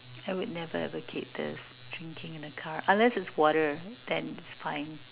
I would never ever keep this drinking in a car unless it's water then it's fine